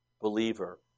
believer